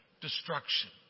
destruction